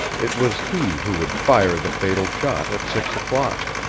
it was he who would fire the fatal shot at six o'clock.